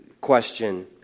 question